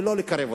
ולא לקרב אותו.